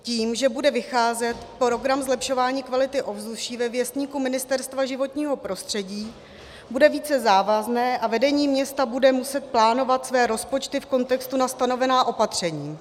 Tím, že bude vycházet program zlepšování kvality ovzduší ve Věstníku Ministerstva životního prostředí, bude více závazný a vedení města bude muset plánovat své rozpočty v kontextu na stanovená opatření.